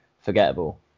forgettable